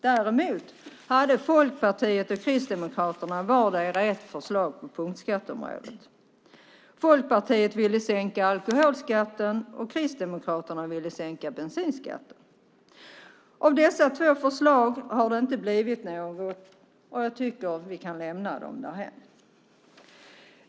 Däremot hade Folkpartiet och Kristdemokraterna ett förslag var på punktskatteområdet. Folkpartiet ville sänka alkoholskatten. Kristdemokraterna ville sänka bensinskatten. Av dessa två förslag har det inte blivit något, och jag tycker att vi kan lämna dem därhän.